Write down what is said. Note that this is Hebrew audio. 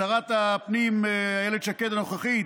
שרת הפנים הנוכחית